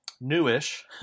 newish